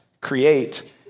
Create